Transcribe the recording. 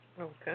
Okay